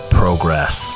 progress